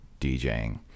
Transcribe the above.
DJing